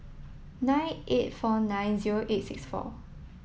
nine eight four nine zero eight six four